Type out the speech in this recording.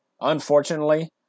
unfortunately